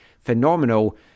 phenomenal